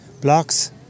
Blocks